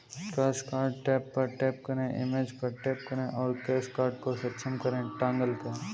cash card tab पर tap करें, image पर टैप करें और कैश कार्ड को सक्षम करें टॉगल करें